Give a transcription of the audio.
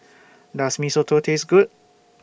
Does Mee Soto Taste Good